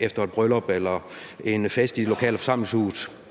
efter et bryllup eller en fest i det lokale forsamlingshus.